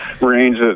range